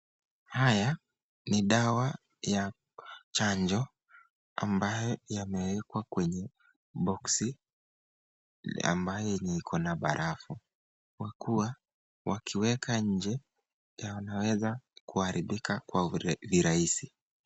Haya ni dawa ya chanjo ambayo yamewekwa kwenye boksi ambayo iko na barafu. Kwa kuwa wakiweka nje ya yanaweza kuharibika kwa virahisi.